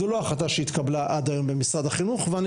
זו לא החלטה שהתקבלה עד היום במשרד החינוך ואני